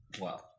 Wow